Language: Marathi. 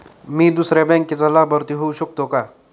मी दुसऱ्या बँकेचा लाभार्थी होऊ शकतो का?